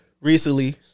Recently